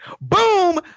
Boom